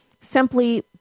simply